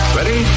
Ready